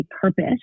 purpose